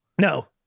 No